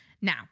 Now